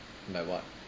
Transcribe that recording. like what